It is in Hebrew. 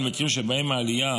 וכן על מקרים שבהם העלייה